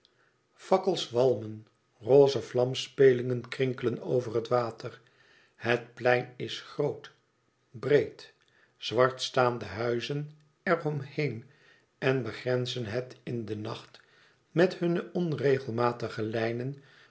fakkels walmen rosse vlamspelingen krinkelen over het water het plein is groot breed zwart staande huizen er om heen en begrenzen het in den nacht met hunne onregelmatige lijnen